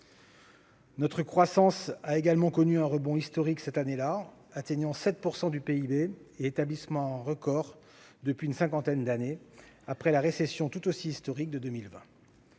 Notre croissance a également connu un rebond historique cette année-là, atteignant 7 % du PIB et établissant un record depuis une cinquantaine d'années, après la récession tout aussi historique de 2020.